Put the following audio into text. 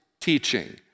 teaching